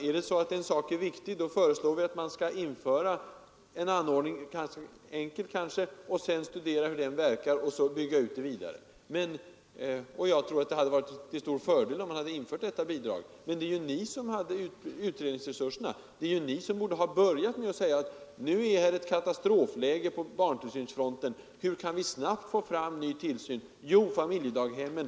Är en sak viktig, föreslår vi att man skall införa en — kanske enkel — anordning, vars verkningar vi får studera och som vi sedan får bygga vidare på. Jag tror att det hade varit till stor fördel, om man hade infört detta bidrag. Men det var ju ni som hade utredningsresurserna. Ni borde ha börjat med att inse att det förelåg ett katastrofläge på barntillsynsfronten. Ni skulle ha frågat er hur man snabbt kunde få fram ny tillsyn. Svaret var: genom familjedaghemmen.